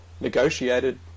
negotiated